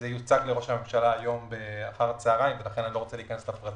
זה יוצג היום לראש הממשלה ולכן אני לא רוצה להיכנס יותר לפרטים.